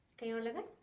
can you believe